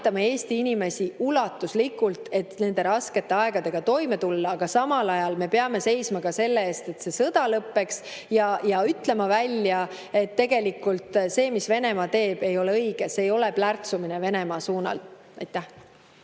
Me aitame Eesti inimesi ulatuslikult, et nende raskete aegadega toime tulla, aga samal ajal me peame seisma ka selle eest, et see sõda lõppeks, ja ütlema välja, et tegelikult see, mis Venemaa teeb, ei ole õige. See ei ole plärtsumine Venemaa suunas. Aitäh!